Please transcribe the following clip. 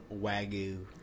Wagyu